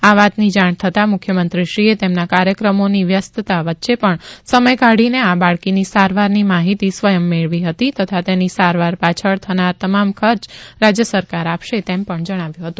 આ વાતની જાણ થતાં મુખ્યમંત્રીશ્રીએ તેમના કાર્યક્રમોની વ્યસ્તતા વચ્ચે પણ સમથ કાઢીને આ બાળકીની સારવારની માહિતી સ્વયં મેળવી હતી તથા તેની સારવાર પાછળ થનાર તમામ ખર્ચ રાજય સરકાર આપશે તેમ પણ જણાવ્યું હતુ